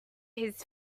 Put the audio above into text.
his